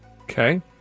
okay